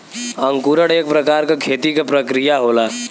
अंकुरण एक प्रकार क खेती क प्रक्रिया होला